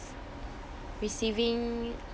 receiving